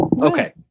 Okay